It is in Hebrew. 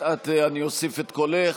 אני אוסיף את קולך.